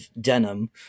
denim